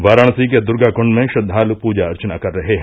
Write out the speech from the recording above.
वाराणसी के दुर्गाकुण्ड में श्रद्वालु पूजा अर्चना कर रहे हैं